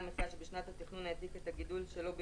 מכסה שבשנת התכנון העתיק את הגידול שלו,